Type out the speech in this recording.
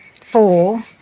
four